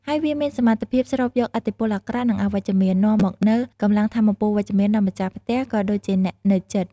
ហើយវាមានសមត្ថភាពស្រូបយកឥទ្ធិពលអាក្រក់ និងអវិជ្ជមាន នាំមកនូវកម្លាំងថាមពលវិជ្ជមានដល់ម្ចាស់ផ្ទះក៏ដូចជាអ្នកនៅជិត។